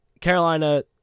Carolina